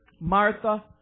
Martha